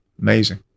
Amazing